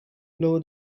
blow